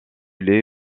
lait